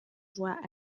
voix